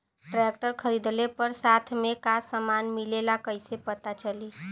Tractor खरीदले पर साथ में का समान मिलेला कईसे पता चली?